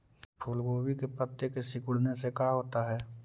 फूल गोभी के पत्ते के सिकुड़ने से का होता है?